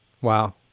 Wow